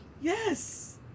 Yes